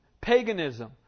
paganism